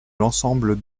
l’ensemble